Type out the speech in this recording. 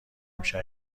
میشه